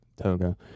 Toga